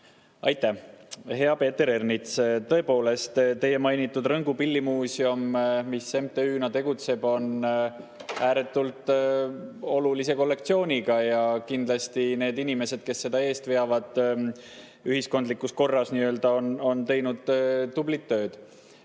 Aitäh, hea Peeter Ernits! Tõepoolest, teie mainitud Rõngu Pillimuuseum, mis MTÜ‑na tegutseb, on ääretult olulise kollektsiooniga ja kindlasti need inimesed, kes seda eest veavad, ühiskondlikus korras nii-öelda, on teinud tublit tööd.